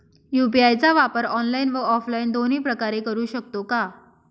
UPI चा वापर online व ऑफलाईन दोन्ही प्रकारे करु शकतो का?